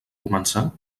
començar